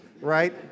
right